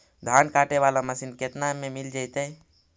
धान काटे वाला मशीन केतना में मिल जैतै?